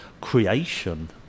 creation